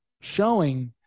showing